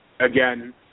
Again